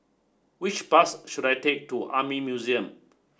which bus should I take to Army Museum